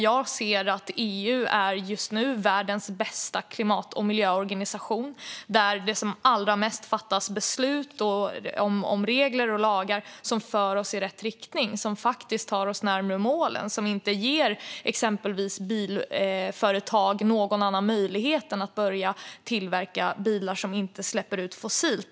Jag anser att EU just nu är världens bästa klimat och miljöorganisation där det fattas beslut om regler och lagar som för oss i rätt riktning, som faktiskt tar oss närmare målen, som inte ger exempelvis bilföretag någon annan möjlighet än att börja tillverka bilar som inte släpper ut fossilt.